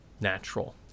natural